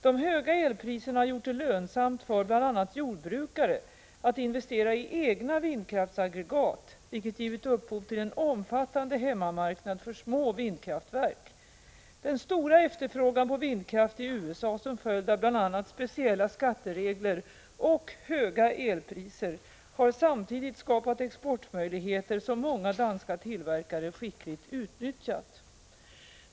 De höga elpriserna har gjort det lönsamt för bl.a. jordbrukare att investera i egna vindkraftsaggregat vilket givit upphov till en omfattande hemmamarknad för små vindkraftverk. Den stora efterfrågan på vindkraft i USA som följd av bl.a. speciella skatteregler och höga elpriser har samtidigt skapat exportmöjligheter som många danska tillverkare skickligt utnyttjat.